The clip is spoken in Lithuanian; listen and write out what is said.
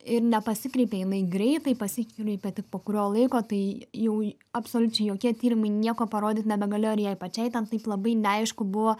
ir nepasikreipė jinai greitai pasikreipė tik po kurio laiko tai jau absoliučiai jokie tyrimai nieko parodyt nebegalėjo ir jai pačiai ten taip labai neaišku buvo